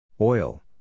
Oil